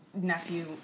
nephew